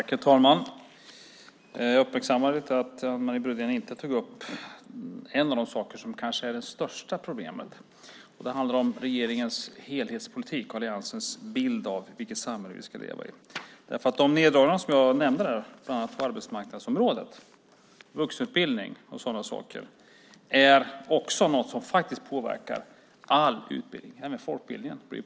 Herr talman! Jag uppmärksammade att Anne Marie Brodén inte tog upp det som kanske är det största problemet. Det handlar om regeringens helhetspolitik och alliansens bild av vilket samhälle vi ska leva i. De neddragningar som jag nämnde, bland annat på arbetsmarknadsområdet och inom vuxenutbildningen, är något som påverkar all utbildning, även folkbildningen.